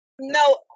no